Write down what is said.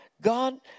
God